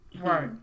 Right